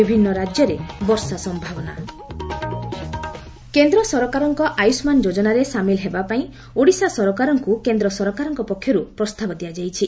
ବିଭିନ୍ ରାକ୍ୟରେ ବଷା ସ ଆୟୁଷ୍ମାନ କେନ୍ଦ ସରକାରଙ୍କ ଆୟୁଷ୍ଗାନ ଯୋଜନାରେ ସାମିଲ ହେବା ପାଇଁ ଓଡ଼ିଶା ସରକାରଙ୍କୁ କେନ୍ଦ୍ର ସରକାରଙକ୍ ପକ୍ଷରୁ ପ୍ରସ୍ତାବ ଦିଆଯାଇଛି